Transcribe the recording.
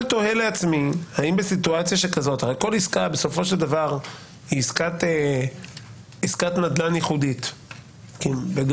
הרי כל עסקה בסופו של דבר היא עסקת נדל"ן ייחודית בגדול